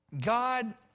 God